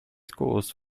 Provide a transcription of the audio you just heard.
schools